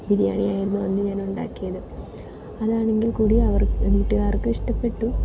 ബിരിയാണി ആയിരുന്നു അന്ന് ഞാനുണ്ടാക്കിയത് അതാണെങ്കിൽ കൂടിയും അവർക്ക് വീട്ടുകാർക്ക് ഇഷ്ടപ്പെട്ടു